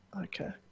Okay